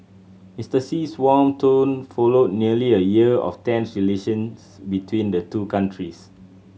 Mister Xi's warm tone followed nearly a year of tense relations between the two countries